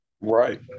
Right